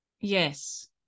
Yes